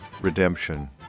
redemption